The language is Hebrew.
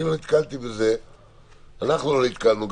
אנחנו לא נתקלנו,